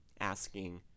asking